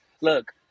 look